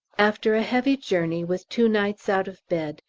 after a heavy journey, with two nights out of bed,